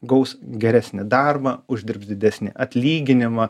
gaus geresnį darbą uždirbs didesnį atlyginimą